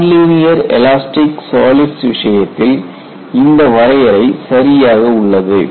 nonlinear elastic solids விஷயத்தில் இந்த வரையறை சரியாக உள்ளது